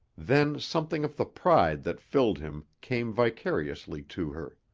then something of the pride that filled him came vicariously to her.